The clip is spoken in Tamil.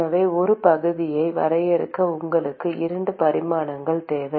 எனவே ஒரு பகுதியை வரையறுக்க உங்களுக்கு 2 பரிமாணங்கள் தேவை